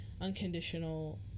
unconditional